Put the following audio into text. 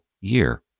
year